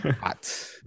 hot